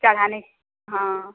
चढ़ाने हाँ